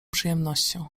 przyjemnością